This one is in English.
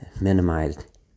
minimized